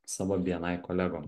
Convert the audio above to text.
savo bni kolegom